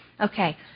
okay